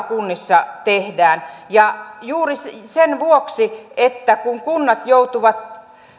kunnissa tehdään juuri sen vuoksi että kunnat joutuvat